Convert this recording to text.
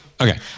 Okay